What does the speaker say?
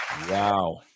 Wow